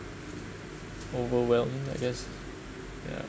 overwhelmed I guess ya